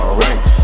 ranks